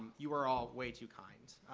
you are all way too kind.